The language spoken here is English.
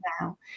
now